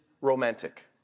romantic